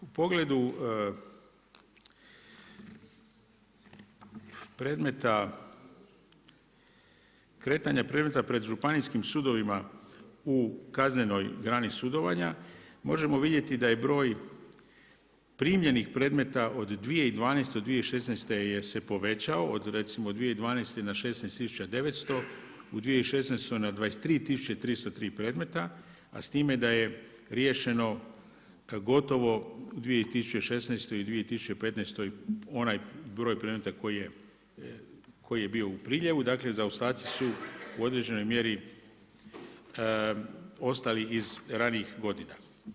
U pogledu kretanja predmeta pred županijskim sudovima u kaznenoj grani sudovanja, možemo vidjeti da je broj primljenih predmeta od 2012. do 2016. se povećao, od recimo 2012. na 16 900, u 2016. na 23 333, a s time da je riješeno gotovo u 2016. i 2015. onaj broj predmeta koji je bio u priljevu, dakle zaostaci su u određenoj mjeri ostalih iz ranijih godina.